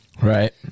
Right